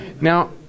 Now